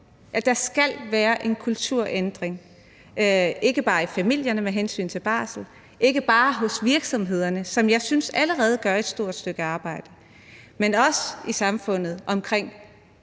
Der skal være en kulturændring, ikke bare i familierne med hensyn til barsel, ikke bare hos virksomhederne, som jeg synes allerede gør et stort stykke arbejde, men også i samfundet omkring